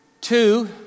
Two